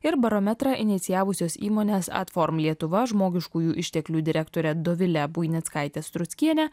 ir barometrą inicijavusios įmonės adform lietuva žmogiškųjų išteklių direktore dovile buinickaite struckiene